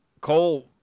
Cole